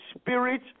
spirit